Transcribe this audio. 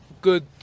good